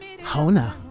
Hona